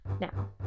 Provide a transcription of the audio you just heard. Now